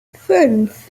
fünf